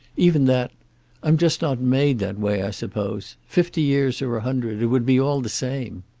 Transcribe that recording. even that i'm just not made that way, i suppose. fifty years or a hundred, it would be all the same.